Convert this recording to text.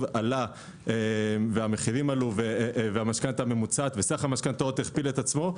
עלה והמחירים עלו וסך המשכנתאות הכפיל עצמו.